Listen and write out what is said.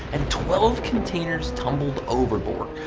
and twelve containers tumbled overboard,